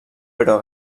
però